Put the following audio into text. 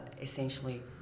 essentially